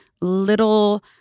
little